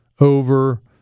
over